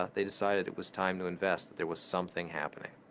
ah they decided it was time to invest, that there was something happening